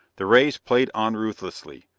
the rays played on ruthlessly.